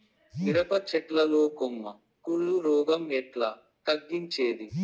మిరప చెట్ల లో కొమ్మ కుళ్ళు రోగం ఎట్లా తగ్గించేది?